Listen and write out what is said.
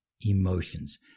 emotions